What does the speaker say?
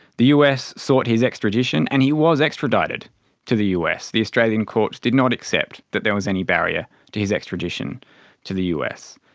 the us sought his extradition and he was extradited to the us. the australian courts did not accept that there was any barrier to his extradition to the us.